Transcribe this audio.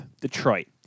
Detroit